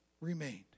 remained